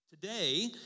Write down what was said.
Today